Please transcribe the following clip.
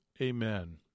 Amen